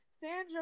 Sandra